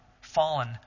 fallen